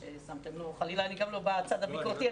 גם לא בצד הביקורתי,